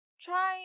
try